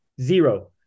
zero